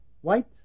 white